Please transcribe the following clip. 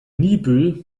niebüll